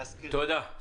תודה.